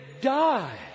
die